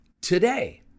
today